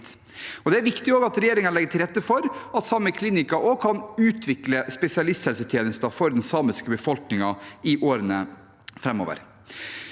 Det er viktig at regjeringen også legger til rette for at Sámi klinihkka kan utvikle spesialisthelsetjenester for den samiske befolkningen i årene framover.